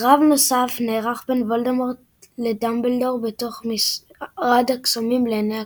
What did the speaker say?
קרב נוסף נערך בין וולדמורט לדמבלדור בתוך משרד הקסמים לעיני כל.